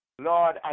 Lord